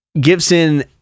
Gibson